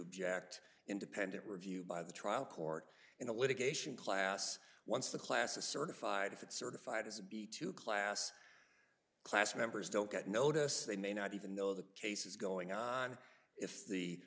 object independent review by the trial court in the litigation class once the class is certified if it certified as a b two class class members don't get notice they may not even though the case is going on if the